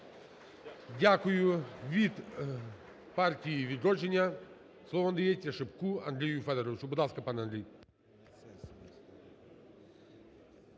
Дякую. Від Партії "Відродження" слово надається Шипку Андрію Федоровичу. Будь ласка, пане Андрій.